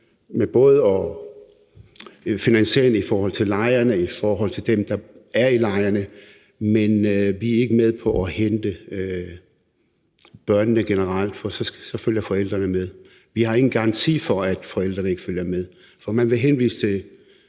med både finansiering i forhold til lejrene, i forhold til dem, der er i lejrene, men vi er ikke med på at hente børnene generelt, for så følger forældrene med. Vi har ingen garanti for, at forældrene ikke følger med, for man vil henvise til